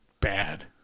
Bad